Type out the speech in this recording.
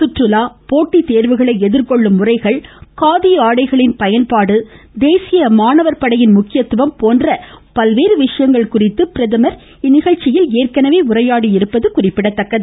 சுற்றுலா போட்டித் தேர்வுகளை எதிர்கொள்ளும் முறைகள் காதி ஆடைகளின் பயன்பாடு தேசிய மாணவர் படையின் முக்கியத்துவம் போன்ற பல்வேறு விசயங்கள் குறித்து பிரதமர் உரையாடி உள்ளது குறிப்பிடத்தக்கது